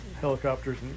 helicopters